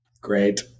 Great